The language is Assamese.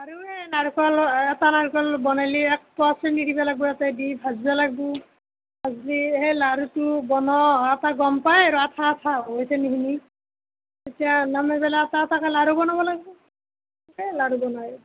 আৰু সেই নাৰিকলৰ এটা নাৰিকল বনালি এক পোৱা চেনী দিব লাগিব ইয়াতে দি ভাজিব লাগিব ভাজি সেই লাড়ুটো বনাওঁতে গম পাই আৰু আঠা আঠা হৈ চেনীখিনি তেতিয়া নমাই পেলাই এটা এটাকৈ লাড়ু বনাব লাগিব সেই বনাই আৰু